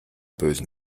bösen